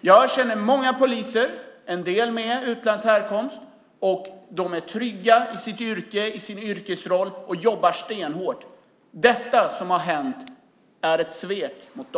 Jag känner många poliser, en del av utländsk härkomst. De är trygga i sitt yrke, i sin yrkesroll, och jobbar stenhårt. Det som hänt är ett svek mot dem.